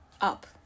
up